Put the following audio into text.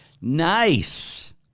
nice